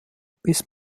bis